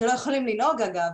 שאגב,